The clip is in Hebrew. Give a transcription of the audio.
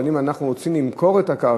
אבל אם אנחנו רוצים למכור את הקרקע,